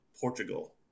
Portugal